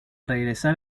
regresar